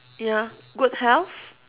ya good health